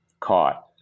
caught